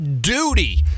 duty